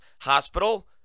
Hospital